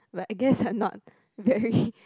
but I guess they're not very